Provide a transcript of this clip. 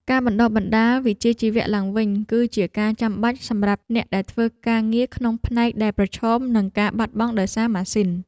ការបណ្តុះបណ្តាលវិជ្ជាជីវៈឡើងវិញ គឺជាការចាំបាច់សម្រាប់អ្នកដែលធ្វើការងារក្នុងផ្នែកដែលប្រឈមនឹងការបាត់បង់ដោយសារម៉ាស៊ីន។